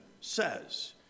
says